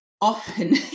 often